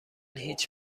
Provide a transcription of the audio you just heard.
هیچ